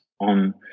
on